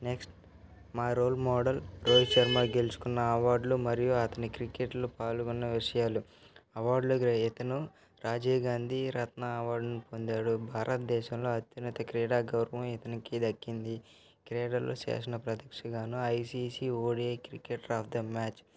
next మా role model Rohit Sharma గెలుచుకున్న అవార్డులు మరియు అతని క్రికెట్లో పాల్గొన్న విషయాలు అవార్డులు గ్రహీతను రాజీవ్ గాంధీ రత్న అవార్డును పొందాడు భారతదేశంలో అత్యున్నత క్రీడా గౌరవం ఇతనికి దక్కింది క్రీడలు చేసిన ప్రదర్శనకుగాను ICC ODI cricketer of the match